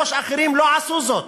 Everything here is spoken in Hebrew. למה יושבי-ראש אחרים לא עשו זאת?